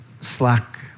slack